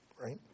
right